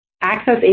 access